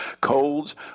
Colds